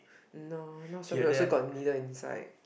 no not so really also got needle inside